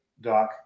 doc